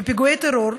בפיגועי טרור,